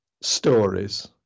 stories